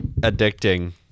addicting